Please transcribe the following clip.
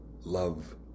love